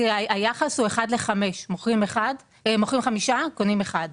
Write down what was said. היחס הוא 1:5. מוכרים חמישה, קונים אחד.